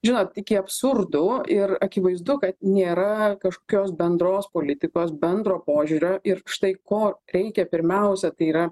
žinot iki absurdų ir akivaizdu kad nėra kažkokios bendros politikos bendro požiūrio ir štai ko reikia pirmiausia tai yra